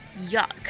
Yuck